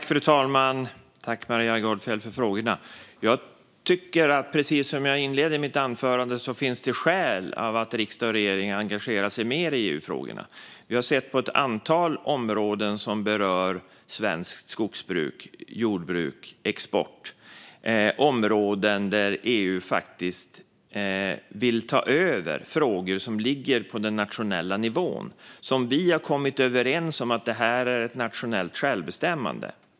Fru talman! Tack för frågorna, Maria Gardfjell! Precis som jag inledde mitt anförande med tycker jag att det finns skäl för riksdag och regering att engagera sig mer i EU-frågorna. Vi har på ett antal områden som berör svenskt skogsbruk och jordbruk samt svensk export sett att EU vill ta över i frågor som faktiskt ligger på den nationella nivån och som vi har kommit överens om ligger inom det nationella självbestämmandet.